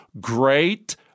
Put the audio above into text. great